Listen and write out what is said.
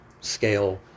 scale